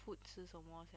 food 是什么 sia